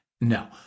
No